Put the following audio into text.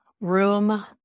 room